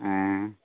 ᱦᱮᱸ